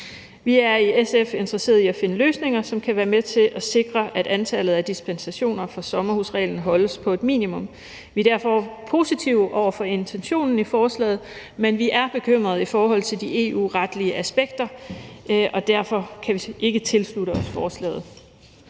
Vi er i SF interesserede i at finde løsninger, som kan være med til at sikre, at antallet af dispensationer fra sommerhusreglen holdes på et minimum. Vi er derfor positive over for intentionen i forslaget, men vi er bekymrede i forhold til de EU-retlige aspekter. Derfor kan vi ikke tilslutte os forslaget.